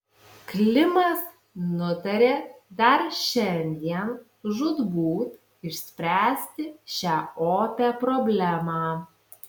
klimas nutarė dar šiandien žūtbūt išspręsti šią opią problemą